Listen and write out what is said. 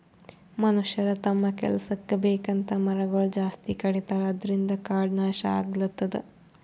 ಮನಷ್ಯರ್ ತಮ್ಮ್ ಕೆಲಸಕ್ಕ್ ಬೇಕಂತ್ ಮರಗೊಳ್ ಜಾಸ್ತಿ ಕಡಿತಾರ ಅದ್ರಿನ್ದ್ ಕಾಡ್ ನಾಶ್ ಆಗ್ಲತದ್